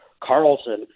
Carlson